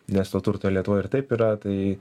nes to turto lietuvoj ir taip yra tai